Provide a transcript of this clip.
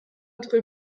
notre